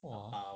ah